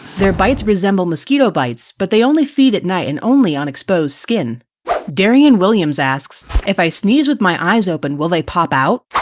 their bites resemble mosquito bites but they only feed at night and only on exposed skin. three darian williams asks, if i sneeze with my eyes open, will they pop out,